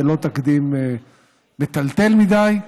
זה לא תקדים מטלטל מדי,